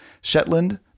Shetland